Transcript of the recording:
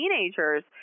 teenagers